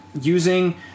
using